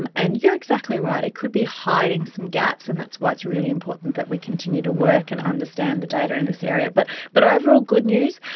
and and you're exactly right, it could be hiding some gaps and that's why it's really important that we continue to work and understand the data in this area. but but overall good news.